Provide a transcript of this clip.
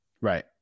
Right